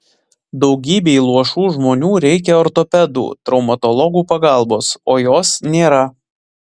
daugybei luošų žmonių reikia ortopedų traumatologų pagalbos o jos nėra